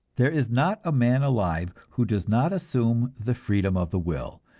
there is not a man alive who does not assume the freedom of the will,